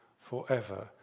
forever